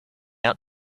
out